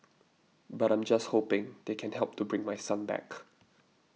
but I'm just hoping they can help to bring my son back